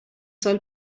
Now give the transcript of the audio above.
سال